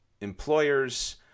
employers